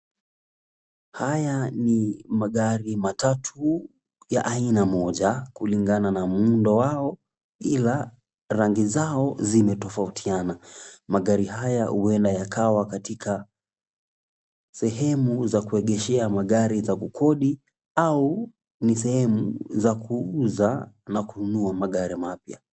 Haya ni magari matatu ya aina moja kulingana na muundo wao ila rangi zao zimetofautiana. Magari haya huenda yakawa katika sehemu za kuegeshea magari za kukodi au ni sehemu za kuuza na kununua magari mapya.